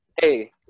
Hey